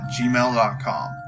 gmail.com